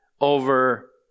over